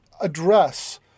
address